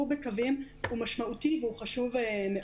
בקווים הוא משמעותי והוא חשוב מאוד.